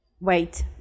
Wait